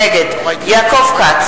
נגד יעקב כץ,